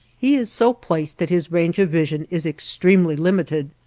he is so placed that his range of vision is extremely limited,